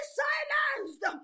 silenced